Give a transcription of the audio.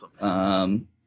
awesome